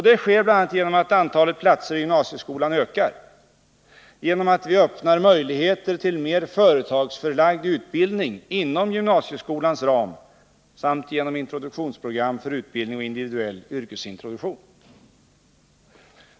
Det sker bl.a. genom att antalet platser i gymnasieskolan ökar, genom att vi öppnar möjligheter till mer företagsförlagd utbildning inom gymnasieskolans ram samt genom introduktionsprogram för utbildning och individuell yrkesintroduktion.